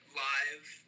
live